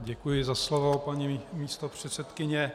Děkuji za slovo, paní místopředsedkyně.